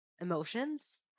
emotions